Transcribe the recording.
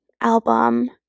album